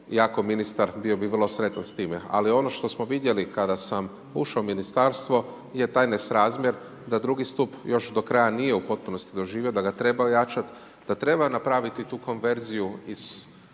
ja ko ministar bio bi vrlo sretan s time. Ali ono što smo vidjeli, kada sam ušao u ministarstvo je taj nesrazmjer, da drugi stup još do kraja, nije u postupnosti doživio da ga treba ojačati, da treba napraviti tu konverziju iz